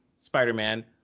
Spider-Man